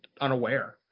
unaware